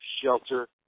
shelter